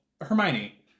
Hermione